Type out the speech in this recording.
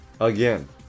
Again